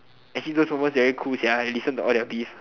actually though sometimes they very cool sia I listen to all their beef